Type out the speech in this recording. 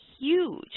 huge